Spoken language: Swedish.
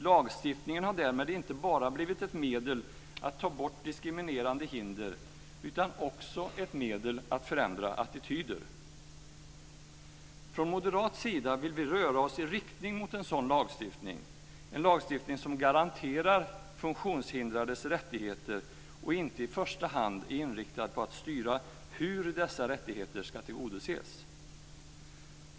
Lagstiftningen har därmed inte bara blivit ett medel att ta bort diskriminerande hinder utan också ett medel att förändra attityder. Från moderat sida vill vi röra oss i riktning mot en sådan lagstiftning, som garanterar de funktionshindrades rättigheter och inte i första hand är inriktad på att styra hur dessa rättigheter ska tillgodoses.